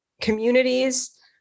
communities